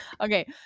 Okay